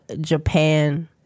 Japan